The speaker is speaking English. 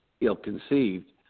ill-conceived